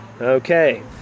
Okay